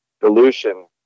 dilution